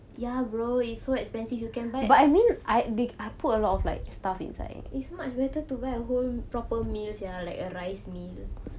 ya bro it's so expensive you can buy it's much better to buy a whole proper meal sia like a rice meal